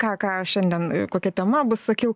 ką ką šiandien kokia tema bus sakiau